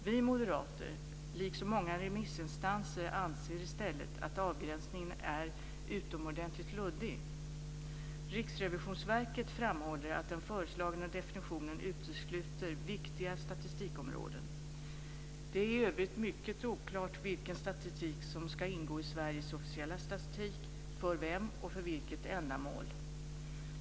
Vi moderater, liksom många remissinstanser, anser i stället att avgränsningen är utomordentligt luddig. Riksrevisionsverket framhåller att den föreslagna definitionen utesluter viktiga statistikområden. Det är i övrigt mycket oklart vilken statistik som ska ingå i Sveriges officiella statistik, för vem och för vilket ändamål.